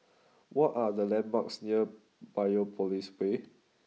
what are the landmarks near Biopolis Way